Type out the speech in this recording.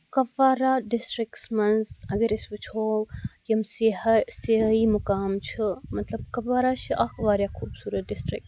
Kupwara districts منٛز اگر أسۍ وُچھو یِم سِیاحے سِیاحِی مُقام چھِ تہٕ مَطلب کُپوارا چھِ اَکھ واریاہ خُوبصورَت ڈِسٹِرک